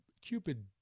Cupid